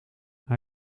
hij